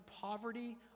poverty